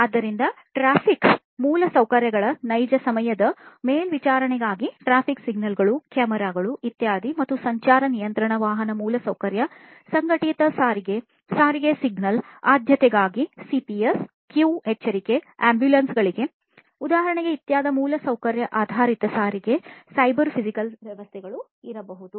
ಆದ್ದರಿಂದ ಟ್ರಾಫಿಕ್ ಮೂಲಸೌಕರ್ಯಗಳ ನೈಜ ಸಮಯದ ಮೇಲ್ವಿಚಾರಣೆಗಾಗಿ ಟ್ರಾಫಿಕ್ ಸಿಗ್ನಲ್ಗಳು ಕ್ಯಾಮೆರಾಗಳು ಇತ್ಯಾದಿ ಮತ್ತು ಸಂಚಾರ ನಿಯಂತ್ರಣ ವಾಹನ ಮೂಲಸೌಕರ್ಯ ಸಂಘಟಿತ ಸಾರಿಗೆ ಸಾರಿಗೆ ಸಿಗ್ನಲ್ ಆದ್ಯತೆಗಾಗಿ ಸಿಪಿಎಸ್ ಕ್ಯೂ ಎಚ್ಚರಿಕೆ ಆಂಬುಲೆನ್ಸ್ ಉದಾಹರಣೆ ಇತ್ಯಾದಿಗಳ ಮೂಲಸೌಕರ್ಯ ಆಧಾರಿತ ಸಾರಿಗೆ ಸೈಬರ್ ಫಿಸಿಕಲ್ ವ್ಯವಸ್ಥೆಗಳು ಇರಬಹುದು